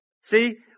See